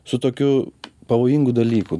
su tokiu pavojingu dalyku